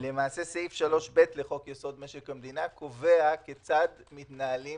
סעיף 3ב לחוק יסוד: משק המדינה קובע, כיצד מתנהלים